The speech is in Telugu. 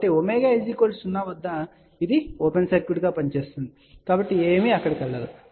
కాబట్టి ω 0 వద్ద ఇది ఓపెన్ సర్క్యూట్గా పనిచేస్తుంది కాబట్టి ఏమీ అక్కడికి వెళ్ళదు